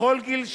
בכל גיל שהוא,